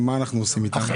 מה אנחנו עושים איתם?